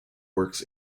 works